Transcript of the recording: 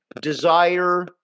desire